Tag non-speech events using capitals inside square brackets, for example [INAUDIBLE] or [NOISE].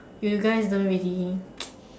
you guys don't really [NOISE]